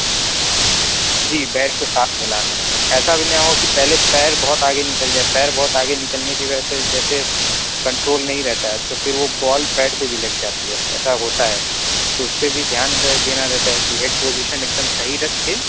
جی bat کو ساتھ ملانا ہے ایسا بھی نہیں ہو کہ پہلے پیر بہت آگے نکل جائے پیر بہت آگے نکلنے کی وجہ سے جیسے کنٹرول نہیں رہتا ہے تو پھر وہ بال پیڈ پہ بھی لگ جاتی ہے ایسا ہوتا ہے تو اس پہ بھی دھیان دینا رہتا ہے کہ ہیڈ پوزیشن ایک دم صحیح رکھ کے